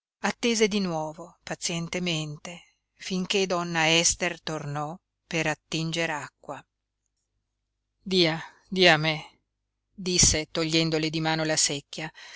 attese di nuovo pazientemente finché donna ester tornò per attinger acqua dia dia a me disse togliendole di mano la secchia